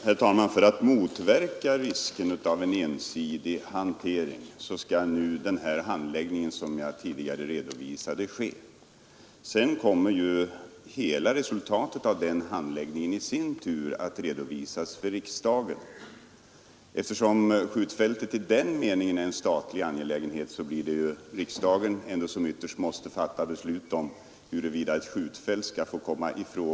Herr talman! Avsikten med den handläggning av ärendet som jag tidigare redovisade är just att den skall motverka risken för ensidiga beslut. Resultatet av den handläggningen kommer sedan i sin tur att redovisas för riksdagen. Eftersom skjutfältet i den meningen är en statlig angelägenhet blir det riksdagen som ytterst måste fatta beslut om huruvida det skall anläggas ett skjutfält eller inte.